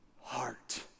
heart